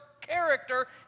character